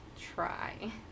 try